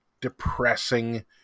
depressing